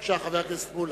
בבקשה, חבר הכנסת שלמה מולה.